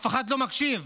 אף אחד לא מקשיב.